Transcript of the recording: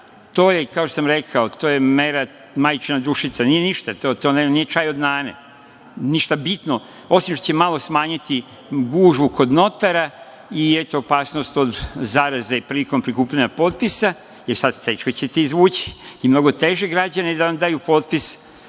to je, kao što sam rekao, mera majčina dušica. To nije ništa, ni čaj od nane. Ništa bitno, osim što će malo smanjiti gužvu kod notara i opasnost od zaraze prilikom prikupljanja potpisa. Jer, sada ćete teško izvući, ili bar mnogo teže, građane da vam daju potpis,